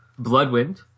Bloodwind